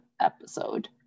episode